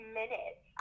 minutes